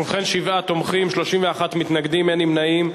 ובכן, שבעה תומכים, 31 מתנגדים, אין נמנעים.